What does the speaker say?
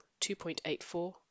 2.84